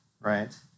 right